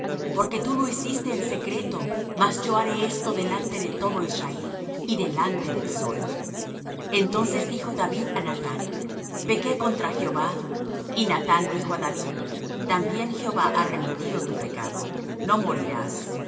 porque tú lo hiciste en secreto mas yo haré esto delante de todo israel y delante del sol entonces dijo david á nathán pequé contra jehová y nathán dijo á david también jehová ha remitido tu pecado no morirás